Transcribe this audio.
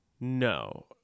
no